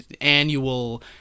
annual